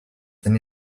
then